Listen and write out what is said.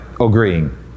agreeing